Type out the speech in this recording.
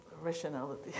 rationality